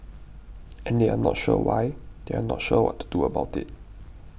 and they are not sure why they are not sure what to do about it